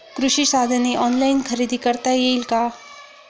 कृषी साधने ऑनलाइन खरेदी करता येतील का?